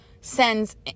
sends